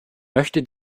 möchte